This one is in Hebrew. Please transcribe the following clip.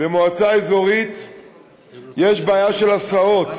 במועצה אזורית יש בעיה של הסעות,